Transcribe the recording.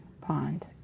pond